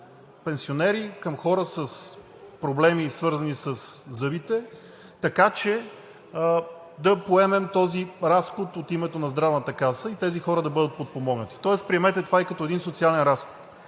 към пенсионери, към хора с проблеми, свързани със зъбите, така че да поемем този разход от името на Здравната каса и тези хора да бъдат подпомогнати. Тоест приемете това и като един социален разход.